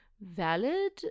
valid